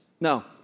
No